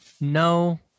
No